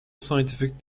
scientific